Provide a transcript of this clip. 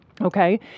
Okay